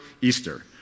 Easter